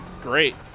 Great